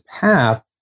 path